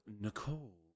Nicole